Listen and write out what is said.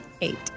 Eight